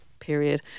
period